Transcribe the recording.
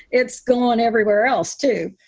it's gone everywhere else, too.